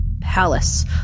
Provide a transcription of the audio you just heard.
palace